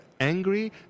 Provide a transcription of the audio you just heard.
angry